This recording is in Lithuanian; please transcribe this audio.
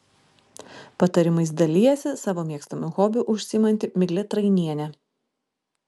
patarimais dalijasi savo mėgstamu hobiu užsiimanti miglė trainienė